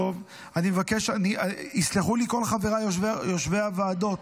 טוב, יסלחו לי כל חבריי יושבי הוועדות,